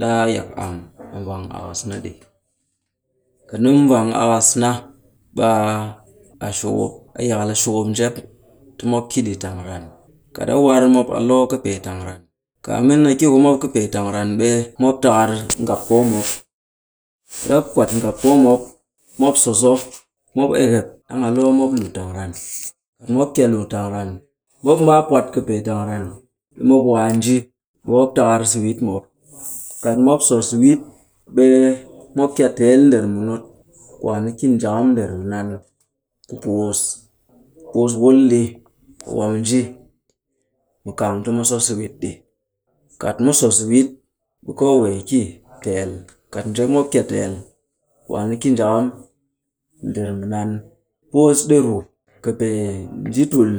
ɗaa yak am a vwang akas na ɗi. Kat ni mu vwang akas na, ɓe a-a shukup, a yakal. a shukup njep ti mop ki ɗi tang ran. Kat a war mop a loo kɨpee tang ran, kaamin a ki ku mop kɨpee tang ran ɓe mop takar ngappoo. mop. Kat a kwat ngappoo mop, mop so so, mop ekep. Ɗang a loo mop l tang ran. Kat mop kia lu tang ran, mop mbaa pwat kɨpee tang ran, ɓe mop waa nji. Ɓe mop takar so wit mop. Kat mop so so wit, ɓe mop kia teel nder munut. Kwaan a ki njakam nder mɨnan ku pus. Puus wul ɗi, mu waa mu nji mu kang ti mu so so wit ɗi. Kat mu so so wit, ɓe koowee ki teel. Kat njep mop kia teel, kwaan a ki njakam nder mɨnan, puus ɗi ru kɨpee nji tul.